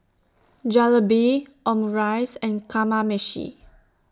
Jalebi Omurice and Kamameshi